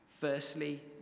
Firstly